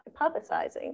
hypothesizing